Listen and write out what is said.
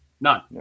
none